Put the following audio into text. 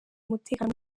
umutekano